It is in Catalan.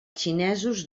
xinesos